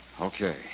Okay